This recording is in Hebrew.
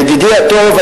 ידידי הטוב,